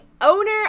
owner